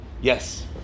yes